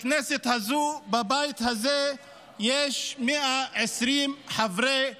בכנסת הזו, בבית הזה, יש 120 חברי כנסת,